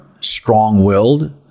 strong-willed